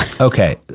okay